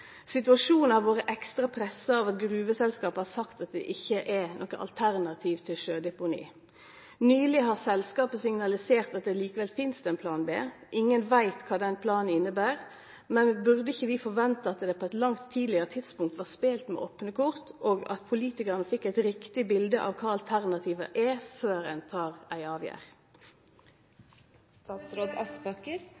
Situasjonen har vore ekstra pressa av at gruveselskapet har sagt at det ikkje er noko alternativ til sjødeponi. Nyleg har selskapet signalisert at det likevel finst ein plan B. Ingen veit kva den planen inneber, men burde ikkje vi forvente at det på eit langt tidlegare tidspunkt var spelt med opne kort, og at politikarane får eit riktig bilete av kva alternativet er, før ein tar ei